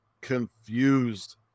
confused